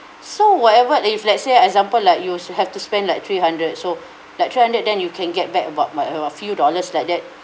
so whatever if let's say example like you you have to spend like three hundred so like three hundred then you can get back about by about few dollars like that